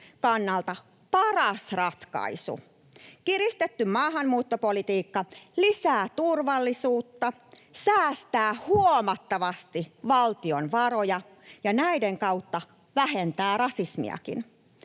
kannalta paras ratkaisu. Kiristetty maahanmuuttopolitiikka lisää turvallisuutta, säästää huomattavasti valtion varoja ja näiden kautta vähentää rasismiakin.